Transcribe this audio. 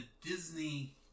Disney